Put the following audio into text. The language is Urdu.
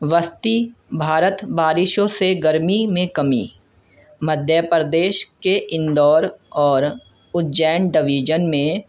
وطتی بھارت بارشوں سے گرمی میں کمی مدھیہ پردیش کے اندور اور اجین ڈویجن میں